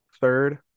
Third